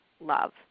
love